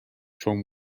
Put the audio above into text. from